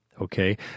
Okay